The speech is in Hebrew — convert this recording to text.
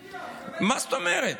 איזה פגיעה, מה זאת אומרת?